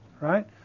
right